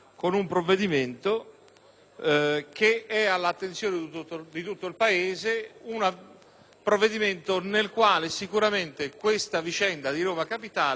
che è all'attenzione di tutto il Paese, un provvedimento nel quale sicuramente questa vicenda di Roma capitale ci sta